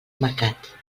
mercat